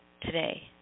Today